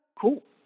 cool